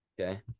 Okay